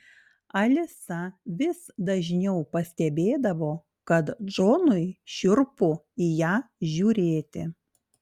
alisa vis dažniau pastebėdavo kad džonui šiurpu į ją žiūrėti